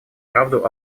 правду